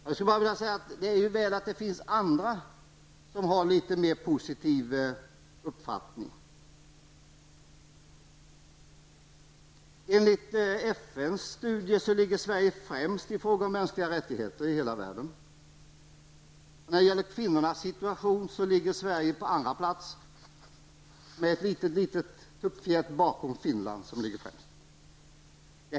Jag skulle bara vilja säga att det är väl att det finns andra som har litet mer positiv uppfattning. Enligt FNs studier ligger Sverige främst i hela världen i fråga om mänskliga rättigheter. Beträffande kvinnornas situation ligger Sverige på andra plats, ett litet tuppfjät efter Finland, som ligger främst.